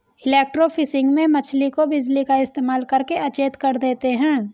electrofishing में मछली को बिजली का इस्तेमाल करके अचेत कर देते हैं